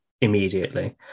immediately